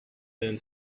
been